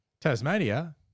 Tasmania